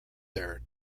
there